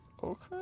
Okay